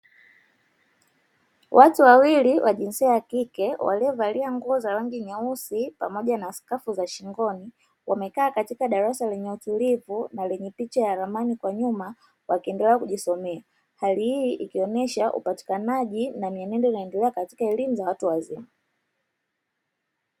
Watu wawili wa jinsia ya kike waliovalia nguo za rangi nyeusi pamoja na skafu za shingoni wamekaa katika darasa lenye utulivu na lenye picha ya ramani kwa nyuma wakiendelea kujisomea hali hii ikionyesha upatikanaji na mienendo inaendelea katika elimu za watu wazima.